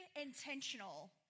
intentional